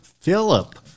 Philip